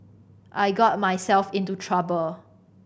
I got myself into trouble